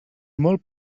molt